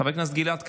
חבר הכנסת גלעד קריב,